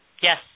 Yes